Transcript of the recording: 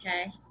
Okay